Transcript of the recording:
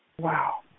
Wow